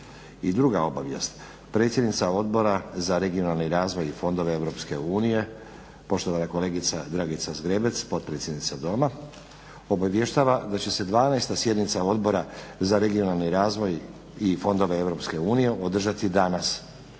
I druga obavijest, predsjednica Odbora za regionalni razvoj i fondove EU poštovana kolegica Dragica Zgrebec potpredsjednica Doma obavještava da će se 12.sjednica odbora za regionalni razvoj i fondove EU održati danas